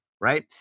right